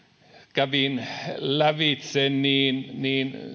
kävin lävitse niin niin